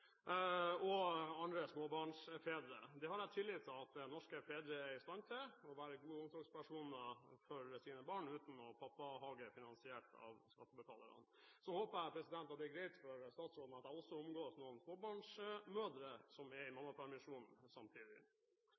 stand til å være gode omsorgspersoner for sine barn, uten noen «pappahage» finansiert av skattebetalerne. Så håper jeg at det er greit for statsråden at jeg også omgås noen småbarnsmødre som er i mammapermisjon samtidig.